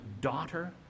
daughter